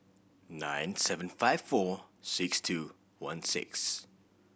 nine seven five four six two one six